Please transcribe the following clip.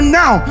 now